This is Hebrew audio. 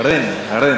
ע'ין.